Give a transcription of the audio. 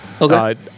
Okay